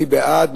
מי בעד?